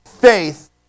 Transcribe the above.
Faith